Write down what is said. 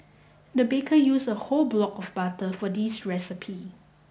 the baker used a whole block of butter for this recipe